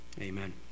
Amen